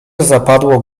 zapadło